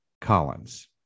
collins